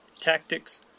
tactics